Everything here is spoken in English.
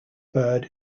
bird